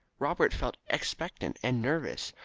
robert felt expectant and nervous,